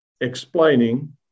explaining